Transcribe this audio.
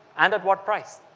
and at what price